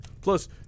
Plus